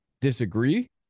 disagree